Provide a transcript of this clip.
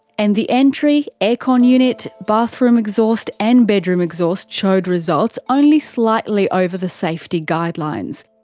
and the entry, air con unit, bathroom exhaust and bedroom exhaust showed results only slightly over the safety guidelines.